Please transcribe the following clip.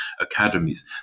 academies